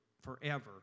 forever